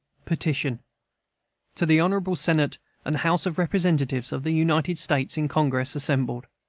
petition to the honorable senate and house of representatives of the united states in congress assembled